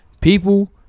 people